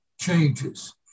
changes